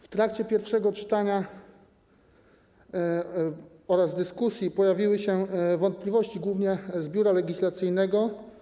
W trakcie pierwszego czytania oraz w dyskusji pojawiły się wątpliwości, głównie ze strony Biura Legislacyjnego.